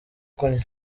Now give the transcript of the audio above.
kunywa